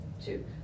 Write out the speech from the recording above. two